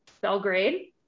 Belgrade